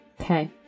Okay